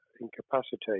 incapacitated